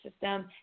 system